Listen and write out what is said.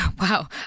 Wow